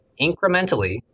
incrementally